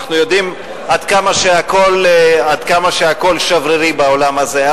אנחנו יודעים עד כמה הכול שברירי בעולם הזה.